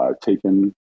taken